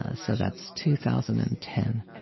ah so that's two thousand and ten.